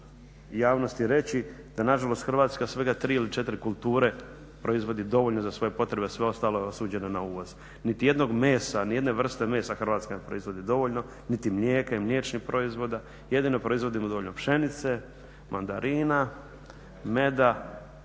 javnosti reći da nažalost Hrvatska svega 3 ili 4 kulture proizvodi dovoljno za svoje potrebe, a sve ostalo je osuđeno na uvoz. Niti jednog mesa, ni jedne vrste mesa Hrvatska ne proizvodi dovoljno, niti mlijeka i mliječnih proizvoda. Jedino proizvodimo dovoljno pšenice, mandarina, meda